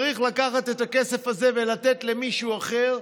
צריך לקחת את הכסף הזה ולתת למישהו אחר,